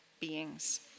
beings